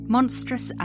Monstrous